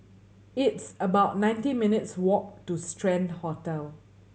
it's about nineteen minutes' walk to Strand Hotel